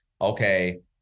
okay